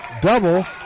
double